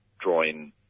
drawing